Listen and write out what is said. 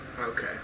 Okay